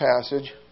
passage